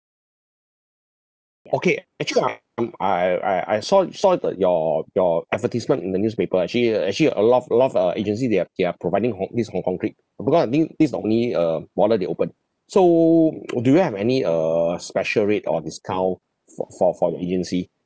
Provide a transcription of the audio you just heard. okay actually I uh I I I saw saw the your your advertisement in the newspaper actually uh actually a lot of a lot of uh agency they are they are providing hong this hong kong trip uh because I think this is the only uh wallet they open so do you have any err special rate or discount for for for your agency